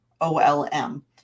olm